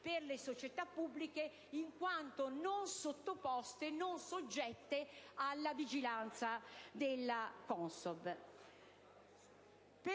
per le società pubbliche, in quanto non sottoposte e non soggette alla vigilanza della CONSOB).